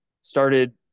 started